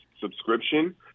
subscription